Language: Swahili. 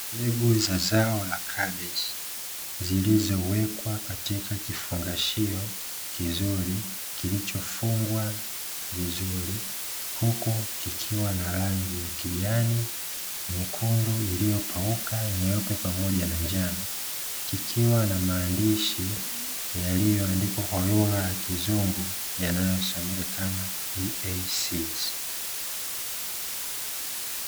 Mbegu za zao la kabeji, zilizowekwa katika kifungashio kizuri, kilichofungwa vizuri huku kikiwa na rangi ya kijani, nyekundu iliyopauka, nyeupe pamoja na njano, kikiwa na maandishi yaliyoandikwa kwa lugha ya kizungu yanayosomeka kama "EASEED".